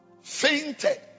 Fainted